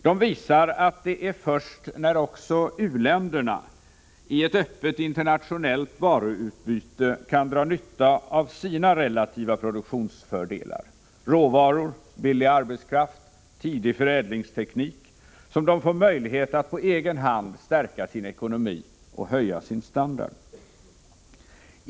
De visar att det är först när också u-länderna i ett öppet internationellt varuutbyte kan dra nytta av sina relativa produktionsfördelar — råvaror, billig arbetskraft, tidig förädlingsteknik — som de får möjlighet att på egen hand stärka sin ekonomi och höja sin standard.